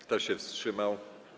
Kto się wstrzymał?